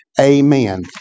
Amen